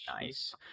nice